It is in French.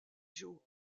joe